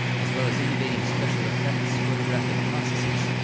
as well as innovating special effects photographic processes,